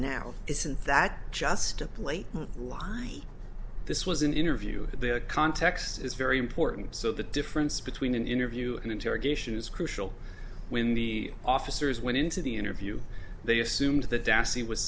now isn't that just a plea lie this was an interview the context is very important so the difference between an interview and interrogation is crucial when the officers went into the interview they assumed th